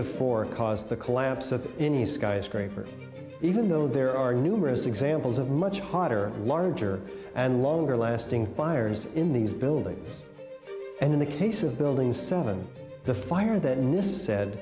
before caused the collapse of any skyscraper even though there are numerous examples of much hotter larger and longer lasting fires in these buildings and in the case of building seven the fire that nist said